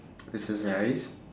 exercise